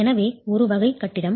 எனவே ஒரு வகை கட்டிடம்